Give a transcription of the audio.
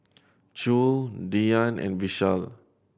Choor Dhyan and Vishal